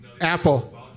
Apple